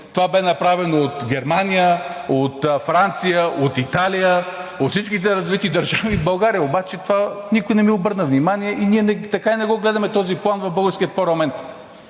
Това беше направено от Германия, от Франция, от Италия, от всичките развити държави. В България обаче никой не ми обърна внимание и ние така и не го гледаме този план в българския парламент.